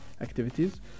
activities